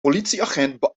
politieagent